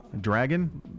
Dragon